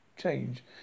change